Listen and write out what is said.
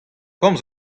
komz